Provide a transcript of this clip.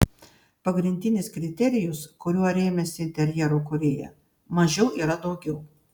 pagrindinis kriterijus kuriuo rėmėsi interjero kūrėja mažiau yra daugiau